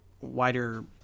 wider